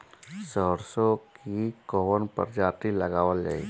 सरसो की कवन प्रजाति लगावल जाई?